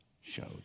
showed